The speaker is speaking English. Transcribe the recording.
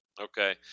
Okay